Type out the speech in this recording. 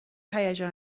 هیجان